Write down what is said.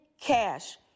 cash